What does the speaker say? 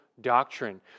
doctrine